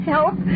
Help